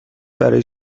برای